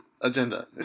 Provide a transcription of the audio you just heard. agenda